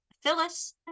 Phyllis